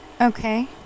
Okay